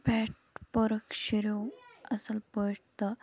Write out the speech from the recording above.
پٮ۪ٹھ پورُکھ شُریو اصل پٲٹھۍ تہٕ